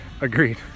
Agreed